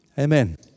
Amen